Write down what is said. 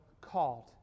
called